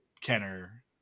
Kenner